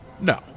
No